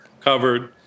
covered